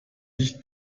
nicht